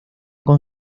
con